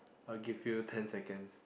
I will give you ten seconds